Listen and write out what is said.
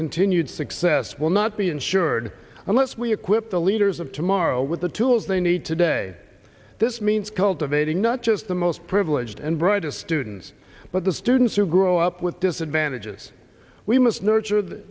continued success will not be ensured unless we equip the leaders of tomorrow with the tools i need today this means cultivating not just the most privileged and brightest students but the students who grow up with disadvantages we must nurtured the